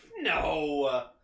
No